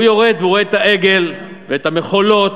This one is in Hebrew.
הוא יורד והוא רואה את העגל ואת המחולות.